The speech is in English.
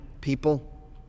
people